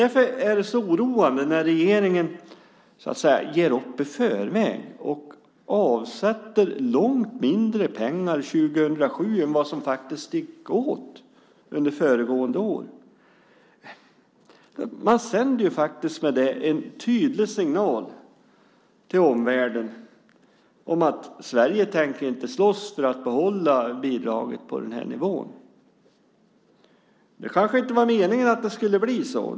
Därför är det så oroande när regeringen så att säga ger upp i förväg och avsätter långt mindre pengar 2007 än vad som faktiskt gick åt under föregående år. Med det sänder man en tydlig signal till omvärlden om att Sverige inte tänker slåss för att behålla bidraget på den här nivån. Det kanske inte var meningen att det skulle bli så.